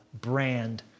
brand